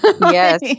Yes